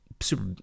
super